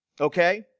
Okay